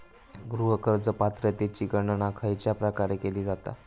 गृह कर्ज पात्रतेची गणना खयच्या प्रकारे केली जाते?